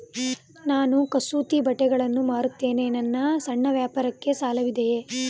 ನಾನು ಕಸೂತಿ ಬಟ್ಟೆಗಳನ್ನು ಮಾರುತ್ತೇನೆ ನನ್ನ ಸಣ್ಣ ವ್ಯಾಪಾರಕ್ಕೆ ಸಾಲವಿದೆಯೇ?